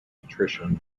attrition